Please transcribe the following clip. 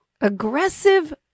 Aggressive